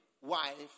wife